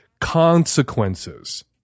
consequences